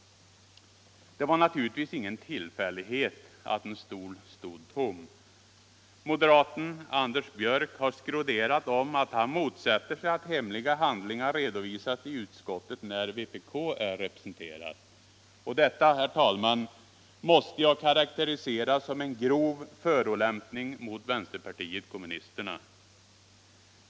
Det var naturligtvis ingen tillfällighet att en stol stod tom. Moderaten Anders Björck har skroderat om att han motsätter sig att hemliga handlingar redovisas i utskottet när vpk är representerat. Detta, herr talman, måste jag karakterisera som en grov förolämpning mot vänsterpartiet kommunisterna.